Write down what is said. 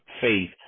faith